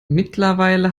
mittlerweile